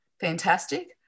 fantastic